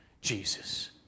Jesus